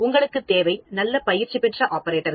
உங்களுக்கு தேவை நல்ல பயிற்சி பெற்ற ஆபரேட்டர்கள்